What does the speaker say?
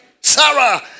Sarah